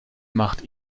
macht